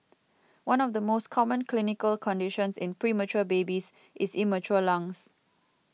one of the most common clinical conditions in premature babies is immature lungs